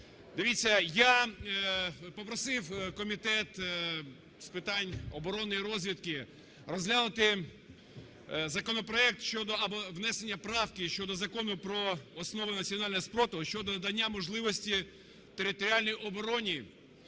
я попросив Комітет з питань оборони і розвідки розглянути законопроект щодо... або внесення правки щодо Закону "Про основи національного спротиву" щодо надання можливості територіальній обороні